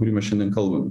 kurį mes šiandien kalbam